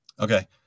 Okay